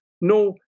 no